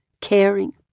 caring